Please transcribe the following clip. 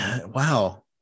wow